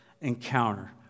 encounter